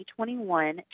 2021